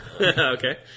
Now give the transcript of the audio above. Okay